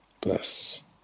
Bless